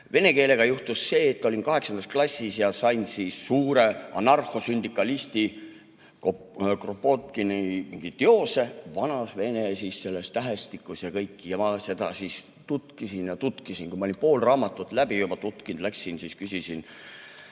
Vene keelega juhtus see, et olin kaheksandas klassis ja sain suure anarhosündikalisti Kropotkini mingi teose, vanas vene tähestikus ja kõik, ja seda ma siis tutkisin ja tutkisin. Kui ma olin pool raamatut läbi juba tutkinud, läksin küsisin